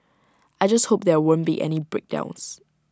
I just hope there won't be any breakdowns